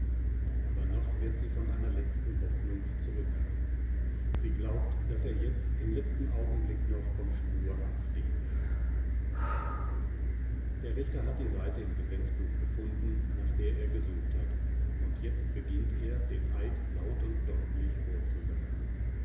aber noch wird sie von einer letzten hoffnung zurückgehalten sie glaubt daß er jetzt im letzten augenblick noch vom schwur abstehen werde der richter hat die seite im gesetzbuch gefunden nach der er gesucht hat und jetzt beginnt er den eid laut und deutlich vorzusagen